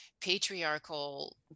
patriarchal